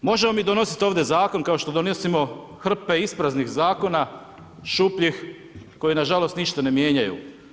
Jednostavno možemo mi donositi ovdje zakon kao što donosimo hrpe ispraznih zakona šupljih koji na žalost ništa ne mijenjaju.